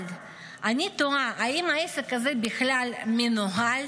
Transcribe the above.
אבל אני תוהה: האם העסק הזה בכלל מנוהל?